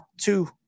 two